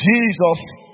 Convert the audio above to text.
Jesus